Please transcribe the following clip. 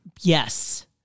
Yes